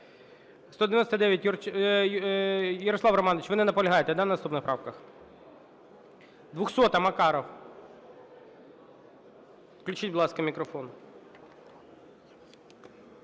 ви не наполягаєте, так, на наступних правках? 200-а. Макаров. Включіть, будь ласка, мікрофон.